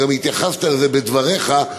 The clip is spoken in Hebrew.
וגם התייחסת לזה בדבריך,